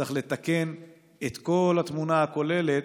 צריך לתקן את כל התמונה הכוללת,